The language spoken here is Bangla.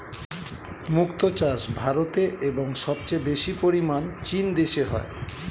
মুক্ত চাষ ভারতে এবং সবচেয়ে বেশি পরিমাণ চীন দেশে হয়